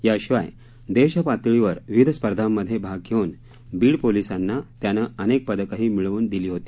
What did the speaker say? याशिवाय देशपातळीवर विविध स्पर्धांमधे भाग घेऊन बीड पोलिसांना त्यानं अनेक पदकही मिळवून दिली होती